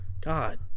God